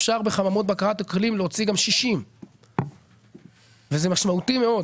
אפשר בחממות בקרת אקלים להוציא גם 60. וזה משמעותי מאוד.